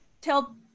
tell